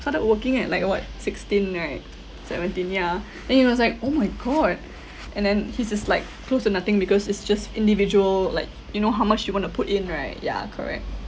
started working at like what sixteen right seventeen yeah then he was like oh my god and then his just like close to nothing because it's just individual like you know how much you want to put in right ya correct